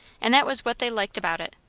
and that was what they liked about it.